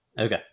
Okay